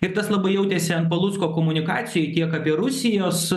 ir tas labai jautėsi ant palucko komunikacijoj tiek apie rusijos